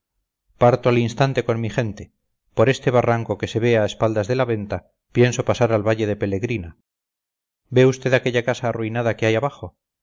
parto al instante con mi gente por este barranco que se ve a espaldas de la venta pienso pasar al valle de pelegrina ve usted aquella casa arruinada que hay abajo